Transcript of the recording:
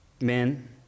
men